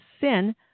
sin